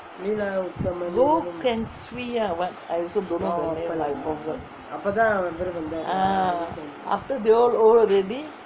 goh keng swee ah I also don't know that name lah I forgot ah after they all old already